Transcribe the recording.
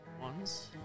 ones